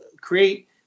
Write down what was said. create